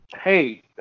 Hey